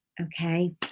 Okay